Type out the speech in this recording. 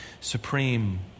supreme